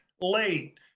late